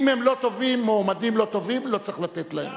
אם הם מועמדים לא טובים, לא צריך לתת להם.